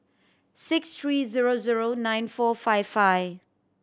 six three zero zero nine four five five